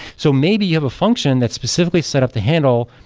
so maybe you have a function that specifically set up the handle,